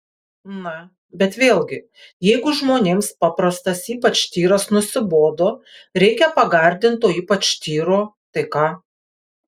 na bet vėlgi jeigu žmonėms paprastas ypač tyras nusibodo reikia pagardinto ypač tyro tai ką